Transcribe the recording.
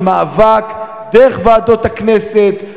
של מאבק דרך ועדות הכנסת.